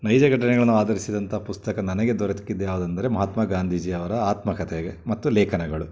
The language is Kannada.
ನೈಜ ಘಟನೆಗಳನ್ನು ಆಧರಿಸಿದಂತಹ ಪುಸ್ತಕ ನನಗೆ ದೊರೆತ್ಕಿದ್ದು ಯಾವುದಂದ್ರೆ ಮಹಾತ್ಮ ಗಾಂಧೀಜಿಯವರ ಆತ್ಮಕಥೆ ಮತ್ತು ಲೇಖನಗಳು